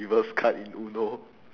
reverse card in uno